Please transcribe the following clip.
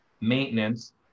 maintenance